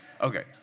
Okay